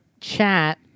chat